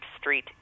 Street